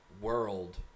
world